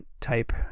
type